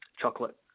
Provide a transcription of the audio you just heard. Chocolate